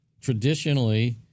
traditionally